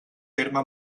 terme